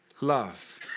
Love